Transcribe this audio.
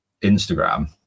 Instagram